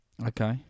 Okay